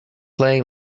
play